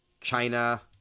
China